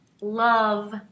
love